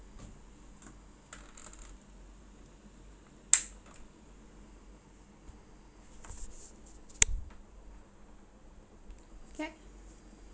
K